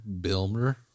bilmer